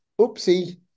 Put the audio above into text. oopsie